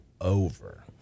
over